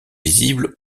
visible